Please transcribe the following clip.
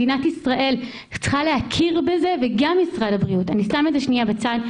מדינת ישראל צריכה להכיר בזה וגם --- אני שמה את זה בצד.